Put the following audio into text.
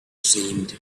seemed